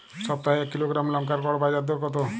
সপ্তাহে এক কিলোগ্রাম লঙ্কার গড় বাজার দর কতো?